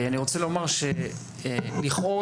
לכאורה,